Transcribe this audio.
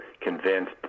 convinced